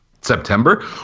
September